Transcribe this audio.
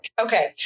Okay